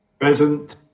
Present